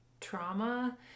trauma